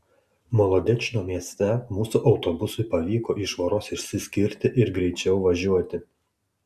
molodečno mieste mūsų autobusui pavyko iš voros išsiskirti ir greičiau važiuoti